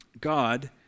God